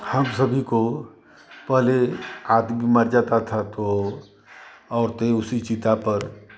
हम सभी को पहले आदमी मर जाता था तो औरतें उसी चिता पर